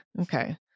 okay